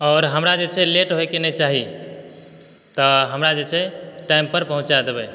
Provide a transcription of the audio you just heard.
आओर हमरा जे छै लेट होए के नहि चाही तऽ हमरा जे छै टाइम पे पहुँचा देबै